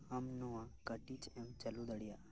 ᱟᱢ ᱱᱚᱣᱟ ᱠᱟᱹᱴᱤᱡ ᱮᱢ ᱪᱟᱹᱞᱩ ᱫᱟᱲᱮᱭᱟᱜᱼᱟ